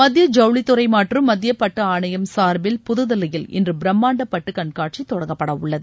மத்திய ஜவுளித்தறை மற்றும் மத்திய பட்டு ஆணையம் சார்பில் புதுதில்லியில் இன்று பிரம்மாண்ட பட்டு கண்காட்சி தொடங்கப்பட உள்ளது